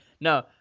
No